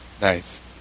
Nice